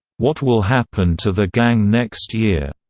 what will happen to the gang next year.